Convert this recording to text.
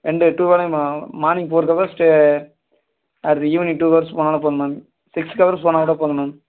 ரெண்டு டூ வேளையும் மா morning four hours or evening two hours போனாலே போதும் மேம் சிக்ஸ் ஹவர்ஸ் போனால் கூட போதும் மேம்